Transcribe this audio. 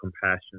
compassion